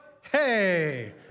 Hey